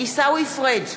עיסאווי פריג'